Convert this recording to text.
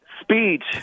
speech